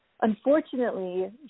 Unfortunately